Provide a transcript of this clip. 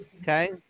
Okay